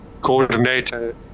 coordinator